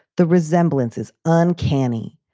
the resemblance is uncanny.